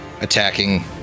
attacking